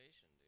dude